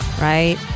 Right